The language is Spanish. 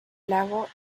lago